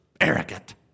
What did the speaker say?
arrogant